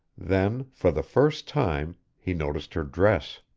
then, for the first time, he noticed her dress.